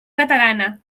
catalana